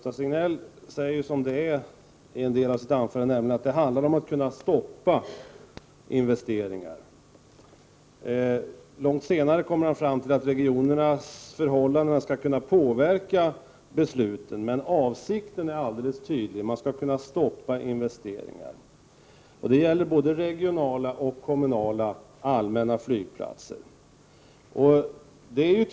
Fru talman! Sven-Gösta Signell säger som det är, nämligen att det handlar om att kunna stoppa investeringar. Långt senare kommer han fram till att regionernas förhållanden skall kunna påverka besluten. Men avsikten är alldeles tydlig: man skall kunna stoppa investeringar. Det gäller såväl regionala och kommunala flygplatser som allmänna flygplatser.